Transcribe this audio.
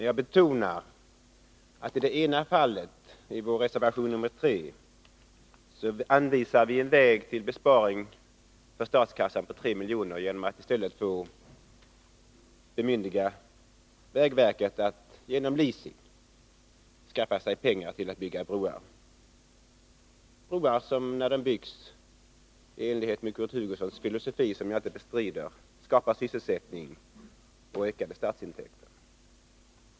Jag betonar att vi i det ena fallet, i vår reservation nr 3, anvisar en väg till besparing för statskassan på 3 milj.kr. genom att föreslå att vägverket bemyndigas att via leasing skaffa sig pengar till broar, som — i enlighet med Kurt Hugossons filosofi, som jag inte bestrider — när de byggs skapar sysselsättning och ökade statsintäkter.